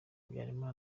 habyarima